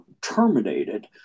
terminated